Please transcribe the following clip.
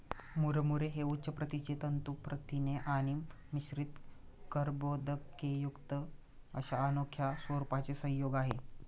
मुरमुरे हे उच्च प्रतीचे तंतू प्रथिने आणि मिश्रित कर्बोदकेयुक्त अशा अनोख्या स्वरूपाचे संयोग आहे